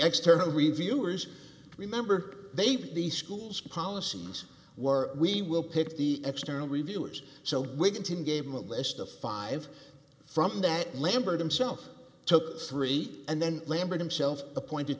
external reviewers remember they put these schools policies were we will pick the external reviewers so wigginton gave them a list of five from that lambert himself took three and then lambert himself appointed